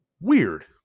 weird